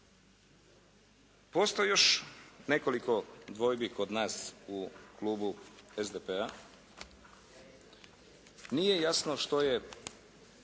Postoji još nekoliko dvojbi kod nas u klubu SDP-a. Nije jasno što je